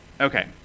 Okay